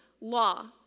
law